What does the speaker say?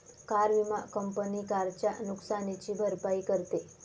car विमा company कारच्या नुकसानीची भरपाई करते